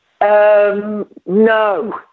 No